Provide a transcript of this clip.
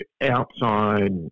outside